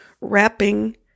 wrapping